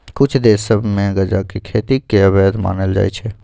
कुछ देश सभ में गजा के खेती के अवैध मानल जाइ छै